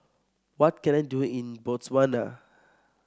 what can I do in Botswana